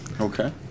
Okay